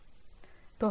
तो हम क्या करे